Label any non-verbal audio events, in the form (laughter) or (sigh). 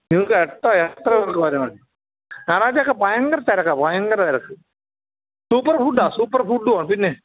നിങ്ങൾക്ക് എത്ര എത്ര പേർക്ക് (unintelligible) വേണം ഞായറാഴ്ച്ചയൊക്കെ ഭയങ്കര തിരക്കാണ് ഭയങ്കര തിരക്ക് സൂപ്പർ ഫുഡാ സൂപ്പർ ഫുഡുവാ പിന്നെ